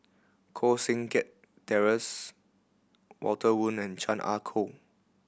Koh Seng Kiat Terence Walter Woon and Chan Ah Kow